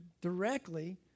directly